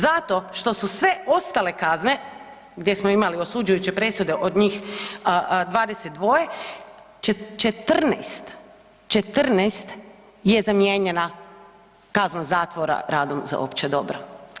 Zato što su sve ostale kazne gdje smo imali osuđujuće presude od njih 22, 14, 14 je zamijenjena kazna zatvora radom za opće dobro.